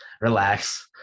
relax